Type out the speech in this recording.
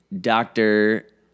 doctor